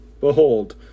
Behold